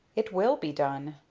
it will be done.